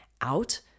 out